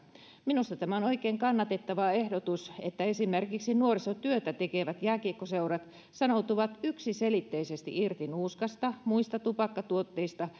minusta tämä on oikein kannatettava ehdotus että esimerkiksi nuorisotyötä tekevät jääkiekkoseurat sanoutuvat yksiselitteisesti irti nuuskasta muista tupakkatuotteista